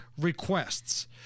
requests